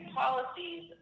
policies